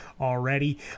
already